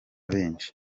benshi